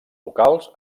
locals